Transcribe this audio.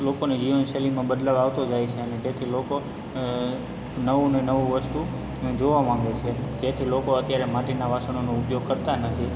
લોકોની જીવનશૈલીમાં બદલાવ આવતો જાય છે અને જેથી લોકો નવું અને નવું વસ્તુ જોવા માગે છે જેથી લોકો અત્યારે માટીનાં વાસણોનો ઉપયોગ કરતા નથી